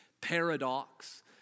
Paradox